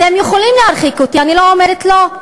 אתם יכולים להרחיק אותי, אני לא אומרת שלא.